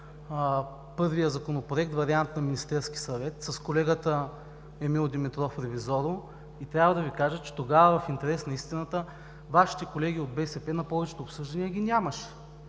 първия Законопроект, вариант на Министерския съвет, с колегата Емил Димитров – Ревизоро, и трябва да Ви кажа, че тогава, в интерес на истината, Вашите колеги от БСП на повечето обсъждания ги нямаше.